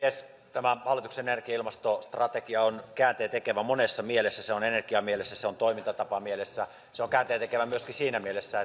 tämä hallituksen energia ja ilmastostrategia on käänteentekevä monessa mielessä se on sitä energiamielessä se on sitä toimintatapamielessä se on käänteentekevä myöskin siinä mielessä